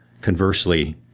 Conversely